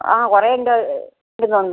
ആ കുറേയുണ്ട് ഉണ്ടെന്ന് തോന്നുക